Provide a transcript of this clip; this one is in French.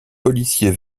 policier